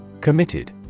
Committed